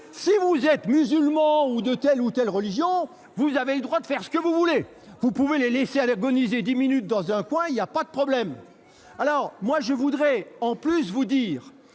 si vous êtes musulman ou de telle ou telle religion, vous avez le droit de faire ce que vous voulez : vous pouvez les laisser agoniser dix minutes dans un coin, il n'y a pas de problème ! Quel est le rapport ? Il y a des